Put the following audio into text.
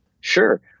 Sure